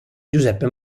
giuseppe